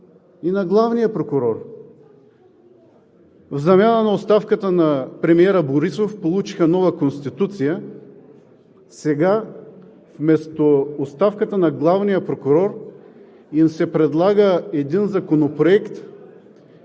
и главния прокурор. В замяна на оставката на премиера Борисов получиха нова Конституция, а сега вместо оставката на главния прокурор им се предлага един законопроект,